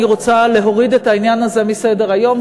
אני רוצה להוריד את העניין הזה מסדר-היום.